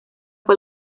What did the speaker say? fue